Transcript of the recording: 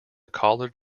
collared